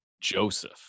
Joseph